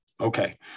Okay